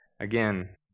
Again